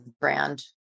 brand